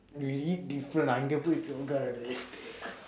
we eat different அங்க போய் சொல்லுடாடே:angka pooi solludaadee